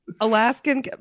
Alaskan